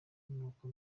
nuko